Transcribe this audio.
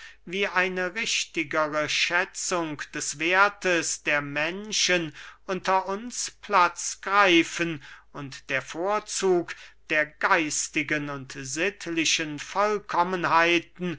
wie eine richtigere schätzung des werthes der menschen unter uns platz greifen und der vorzug der geistigen und sittlichen vollkommenheiten